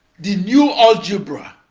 the new algebra,